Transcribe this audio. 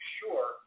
sure